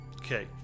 Okay